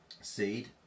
Seed